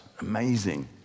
Amazing